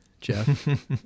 Jeff